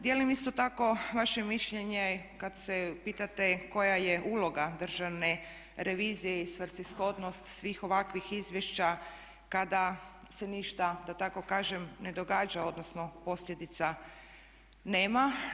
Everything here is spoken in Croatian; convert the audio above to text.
Dijelim isto tako vaše mišljenje kad se pitate koja je uloga Državne revizije i svrsishodnost svih ovakvih izvješća kada se ništa da tako kažem ne događa, odnosno posljedica nema.